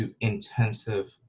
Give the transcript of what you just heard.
intensive